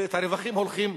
והרווחים הולכים,